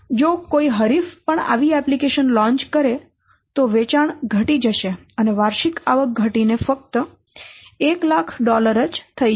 જો કોઈ હરીફ પણ આવી એપ્લિકેશન લોન્ચ કરે તો વેચાણ ઘટી જશે અને વાર્ષિક આવક ઘટીને ફક્ત 100000 જ થઈ જશે